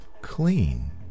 clean